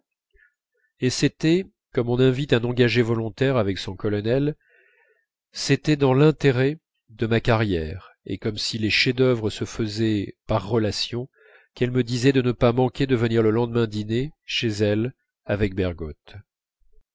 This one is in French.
et c'était comme on invite un engagé volontaire avec son colonel c'était dans l'intérêt de ma carrière et comme si les chefs-d'œuvre se faisaient par relations qu'elle me disait de ne pas manquer de venir le lendemain dîner chez elle avec bergotte